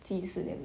试一试 nevermind